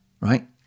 right